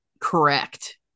Correct